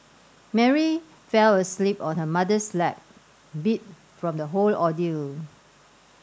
Mary fell asleep on her mother's lap beat from the whole ordeal